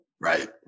Right